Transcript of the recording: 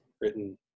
written